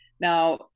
now